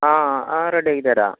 ആ ആ റെഡി ആക്കി തരാം